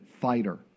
fighter